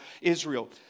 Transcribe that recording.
Israel